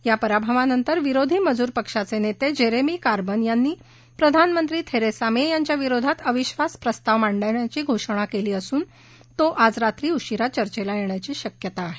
या पराभवानंतर विरोधी मजूर पक्षाचे नेते जेरेमी कार्बन यांनी प्रधानमंत्री थेरेसा मे यांच्या विरोधात अविधास प्रस्ताव मांडण्याची घोषणा केली असून तो आज रात्री उशिरा चर्चेला येण्याची शक्यता आहे